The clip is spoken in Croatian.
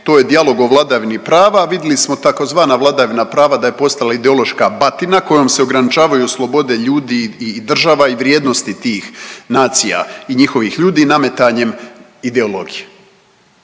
to je dijalog o vladavini prava. Vidli smo tzv. vladavina prava da je postala ideološka batina kojom se ograničavaju slobode ljudi i država i vrijednosti tih nacija i njihovih ljudi nametanjem ideologije.